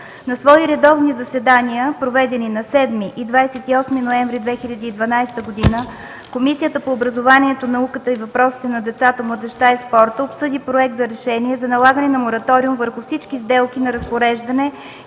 На свои редовни заседания, проведени на 7 и 28 ноември 2012 г., Комисията по образованието, науката и въпросите на децата, младежта и спорта обсъди проект за Решение за налагане на Мораториум върху всички сделки на разпореждане